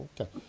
okay